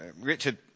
Richard